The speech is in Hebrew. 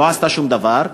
לא עשתה שום דבר.